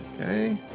Okay